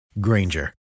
Granger